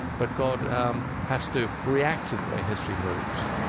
but god um has to react to the way history moves.